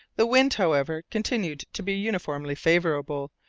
the wind, however, continued to be uniformly favourable,